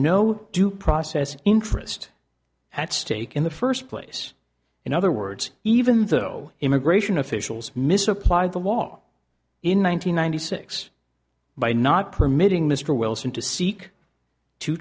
no due process interest at stake in the first place in other words even though immigration officials misapplied the law in one thousand nine hundred six by not permitting mr wilson to seek to